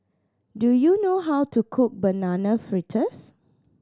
do you know how to cook Banana Fritters